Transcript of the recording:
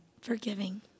Forgiving